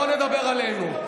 בוא נדבר עלינו.